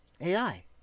AI